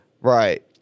Right